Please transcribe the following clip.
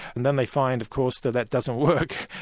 and then they find of course that that doesn't work.